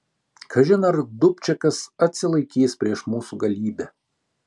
kažin ar dubčekas atsilaikys prieš mūsų galybę